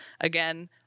Again